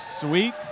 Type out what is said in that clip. sweet